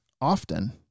often